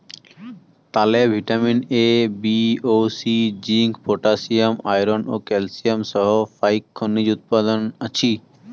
তালে vitamin A, B ও C, zinc, potassium, iron ও ক্যালসিয়াম সহ ফাইক খনিজ উপাদান আছি